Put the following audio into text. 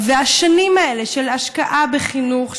השנים האלה של השקעה בחינוך,